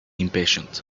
impatient